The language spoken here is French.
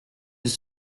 veut